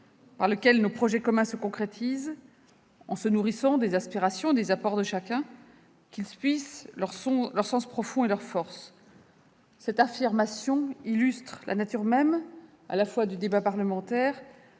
par lequel nos projets communs, en se nourrissant des aspirations et des apports de chacun, se concrétisent, qu'ils puisent leur sens profond et leur force. Cette affirmation illustre la nature même du débat parlementaire